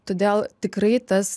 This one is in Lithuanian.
todėl tikrai tas